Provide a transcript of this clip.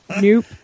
Nope